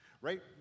right